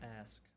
ask